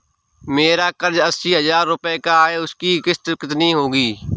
मेरा कर्ज अस्सी हज़ार रुपये का है उसकी किश्त कितनी होगी?